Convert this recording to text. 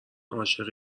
عاشق